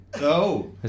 No